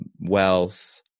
wealth